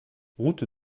route